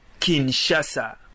Kinshasa